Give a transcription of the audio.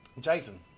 Jason